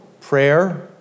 prayer